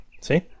See